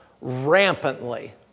rampantly